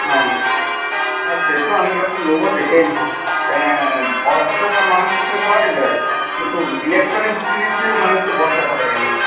হ্যাঁ হ্যাঁ সে তো আমি যখন নেবো দেখেই নেবো কেন ভরসা মানুষকে করা যায় কিন্তু ইলেকট্রনিক জিনিসে মানুষকে ভরসা করা যায় না